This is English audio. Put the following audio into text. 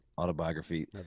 autobiography